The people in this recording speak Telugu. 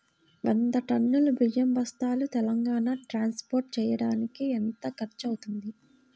వంద టన్నులు బియ్యం బస్తాలు తెలంగాణ ట్రాస్పోర్ట్ చేయటానికి కి ఎంత ఖర్చు అవుతుంది?